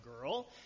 girl